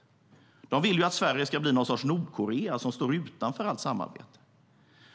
De vill att Sverige ska bli något slags Nordkorea som står utanför allt samarbete.